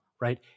right